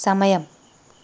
సమయం